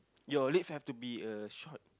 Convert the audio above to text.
your leg have to be uh short